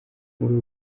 muri